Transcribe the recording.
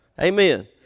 Amen